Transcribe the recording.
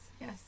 yes